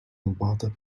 البعض